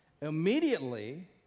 Immediately